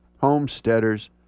homesteaders